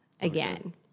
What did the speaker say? again